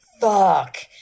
fuck